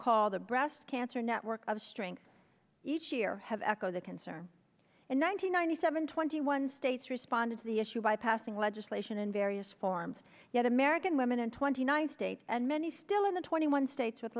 call the breast cancer network of strength each year have echoed the concern and one hundred ninety seven twenty one states responded to the issue by passing legislation in various forms yet american women in twenty nine states and many still in the twenty one states with